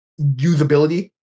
usability